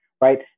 right